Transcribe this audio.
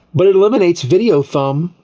but it eliminates video thumb!